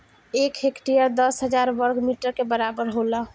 एक हेक्टेयर दस हजार वर्ग मीटर के बराबर होला